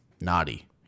Naughty